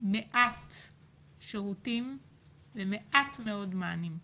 מעט שירותים ומעט מאוד מענים.